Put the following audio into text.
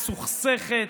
מסוכסכת.